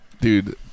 Dude